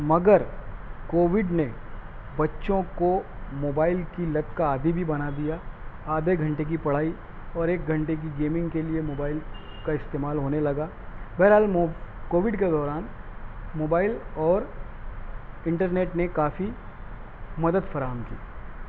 مگر کووڈ نے بچوں کو موبائل کی لت کا عادی بھی بنا دیا آدھے گھنٹے کی پڑھائی اور ایک گھنٹے کی گیمنگ کے لیے موبائل کا استعمال ہونے لگا بہرحال کووڈ کے دوران موبائل اور انٹرنیٹ نے کافی مدد فراہم کی